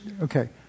Okay